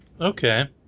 Okay